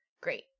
great